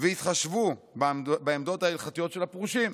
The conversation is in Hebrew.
והתחשבו בעמדות ההלכתיות של הפרושים.